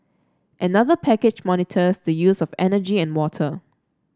another package monitors the use of energy and water